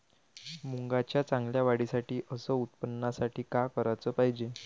मुंगाच्या चांगल्या वाढीसाठी अस उत्पन्नासाठी का कराच पायजे?